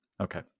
Okay